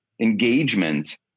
engagement